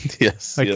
Yes